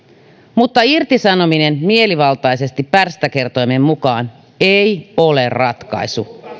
mutta irtisanominen mielivaltaisesti pärstäkertoimen mukaan ei ole ratkaisu